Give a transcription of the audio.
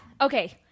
okay